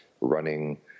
running